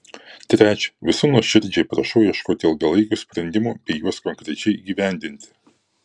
trečia visų nuoširdžiai prašau ieškoti ilgalaikių sprendimų bei juos konkrečiai įgyvendinti